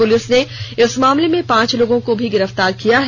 police ने इस मामले में पांच लोगों को गिरफ्तार भी किया है